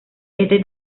este